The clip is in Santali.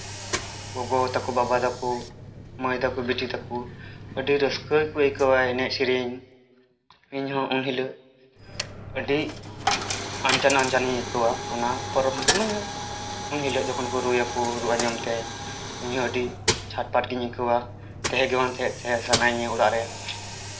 ᱜᱚᱜᱚ ᱛᱟᱠᱚ ᱵᱟᱵᱟ ᱛᱟᱠᱚ ᱢᱟᱹᱭ ᱛᱟᱠᱚ ᱵᱤᱴᱤ ᱛᱟᱠᱚ ᱟᱹᱰᱤ ᱨᱟᱹᱥᱠᱟᱹ ᱜᱮᱠᱚ ᱟᱹᱭᱠᱟᱹᱣᱟ ᱮᱱᱮᱡ ᱥᱮᱨᱮᱧ ᱤᱧᱦᱚᱸ ᱩᱱ ᱦᱤᱞᱳᱜ ᱟᱹᱰᱤ ᱟᱱᱪᱟᱱ ᱟᱱᱪᱟᱱᱤᱧ ᱟᱹᱭᱠᱟᱹᱣᱟ ᱚᱱᱟ ᱯᱚᱨᱚᱵᱽ ᱢᱟᱱᱮ ᱤᱱᱦᱤᱞᱳᱜ ᱡᱚᱠᱷᱚᱱ ᱠᱚ ᱨᱩᱭᱟᱠᱚ ᱨᱩ ᱟᱸᱡᱚᱢᱛᱮ ᱤᱧ ᱦᱚᱸ ᱟᱹᱰᱤ ᱪᱷᱟᱴᱯᱟᱴ ᱜᱤᱧ ᱟᱹᱭᱠᱟᱹᱣᱟ ᱛᱟᱦᱮᱸ ᱜᱮᱵᱟᱝ ᱛᱟᱦᱮᱸ ᱥᱟᱱᱟᱧᱟ ᱚᱲᱟᱜ ᱨᱮ